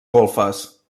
golfes